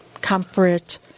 comfort